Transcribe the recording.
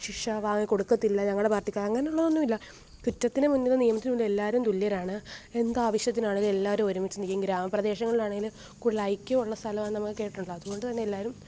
ശിക്ഷ വാങ്ങി കൊടുക്കത്തില്ല ഞങ്ങളുടെ പാർട്ടിക്ക് അങ്ങനുള്ളതൊന്നും ഇല്ല കുറ്റത്തിന് മുന്നിലും നിയമത്തിന് മുന്നിലും എല്ലാവരും തുല്യരാണ് എന്താവശ്യത്തിന് ആണേലും എല്ലാവരും ഒരുമിച്ച് നിൽക്കും ഗ്രാമപ്രദേശങ്ങളിലാണേൽ കൂടുതൽ ഐക്യമുള്ള സ്ഥലമാണ് നമ്മൾ കേട്ടിട്ടുണ്ടല്ലോ അത്കൊണ്ട് തന്നെ എല്ലാവരും